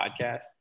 podcast